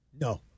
No